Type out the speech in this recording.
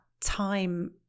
time